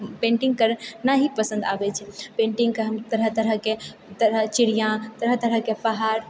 painting करना ही पसन्द आबै छै पेन्टिंगके हम तरह तरहके तरह चिड़िआ तरह तरहके पहाड़